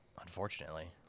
Unfortunately